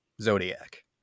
Zodiac